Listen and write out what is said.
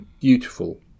beautiful